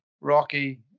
rocky